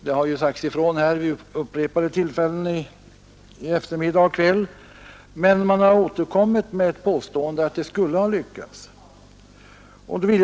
Det har också sagts ifrån vid upprepade tillfällen i eftermiddag och i kväll. Andra talare har emellertid återkommit med ett påstående om att man skulle ha lyckats med denna uppgift.